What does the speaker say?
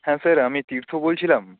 হ্যাঁ স্যার আমি তীর্থ বলছিলাম